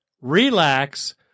relax